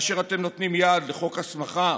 כאשר אתם נותנים יד לחוק הסמכה